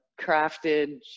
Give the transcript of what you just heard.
crafted